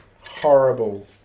Horrible